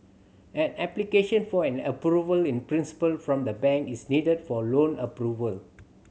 an application for an Approval in Principle from the bank is needed for loan approval